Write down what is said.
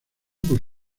por